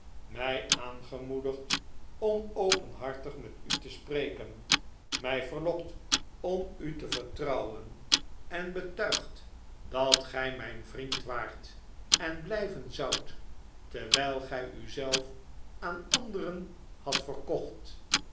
mij aangemoedigd om openhartig met u te spreken mij verlokt om u te vertrouwen en betuigd dat gij mijn vriend waart en blijven zoudt terwijl gij u zelf aan anderen hadt verkocht